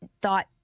thought